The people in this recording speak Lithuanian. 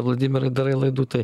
vladimirai darai laidų tai